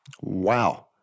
Wow